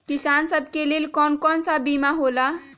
किसान सब के लेल कौन कौन सा बीमा होला?